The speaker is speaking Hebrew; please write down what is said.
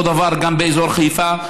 אותו דבר באזור חיפה.